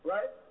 Right